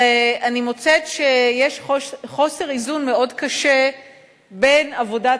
ואני מוצאת שיש חוסר איזון מאוד קשה בין עבודת